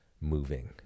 moving